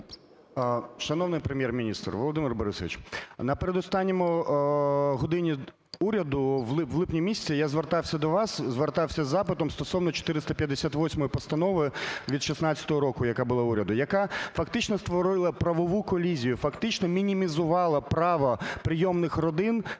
Володимире Борисовичу, на передостанній "годині Уряду" в липні місяці я звертався до вас, звертався із запитом стосовно 458 постанови від 16-го року, яка була уряду, яка фактично створила правову колізію, фактично мінімізувала право прийомних родин